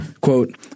Quote